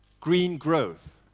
green growth,